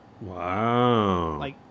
wow